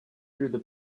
through